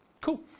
Cool